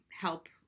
help